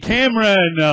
Cameron